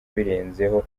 birenzeho